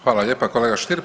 Hvala lijepa kolega Stier.